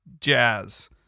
Jazz